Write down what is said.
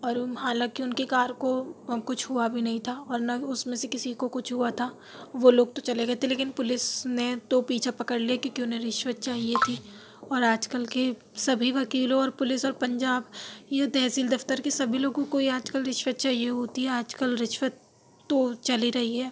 اور حالانکہ ان کی کار کو کچھ ہوا بھی نہیں تھا اور نہ اس میں سے کسی کو کچھ ہوا تھا وہ لوگ تو چلے گئے تھے لیکن پولیس نے تو پیچھا پکڑ لیا کیونکہ انہیں رشوت چاہیے تھی اور آج کل کے سبھی وکیلوں اور پولیس اور پنجاب یوں تحصیل دفتر کے سبھی لوگوں کو آج کل رشوت چاہیے ہوتی ہے آج کل رشوت تو چل ہی رہی ہے